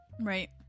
right